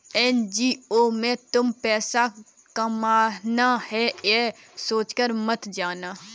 NGO में तुम पैसा कमाना है, ये सोचकर मत जाना